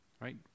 right